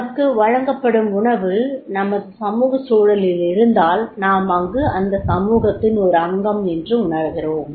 நமக்கு வழங்கப்படும் உணவு நமது சமூகச் சூழலில் இருந்தால் நாம் அங்கு அந்த சமூகத்தின் ஒரு அங்கம் என்று உணர்கிறோம்